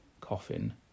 coffin